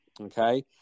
Okay